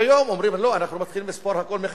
והיום אומרים: לא, אנחנו מתחילים לספור הכול מחדש,